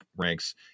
ranks